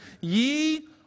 ye